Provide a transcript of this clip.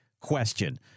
question